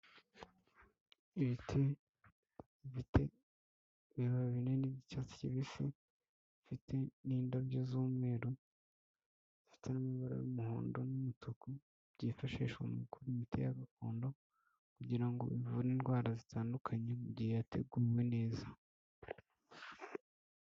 Ibiti bifite ibibabi binini by'icyatsi kibisi bifite n'indabyo z'umweru, bifite n'amabara y'umuhondo n'umutuku byifashishwa mu gukora imiti ya agakondo kugirango bivure indwara zitandukanye mu gihe yateguwe neza.